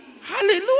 Hallelujah